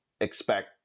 expect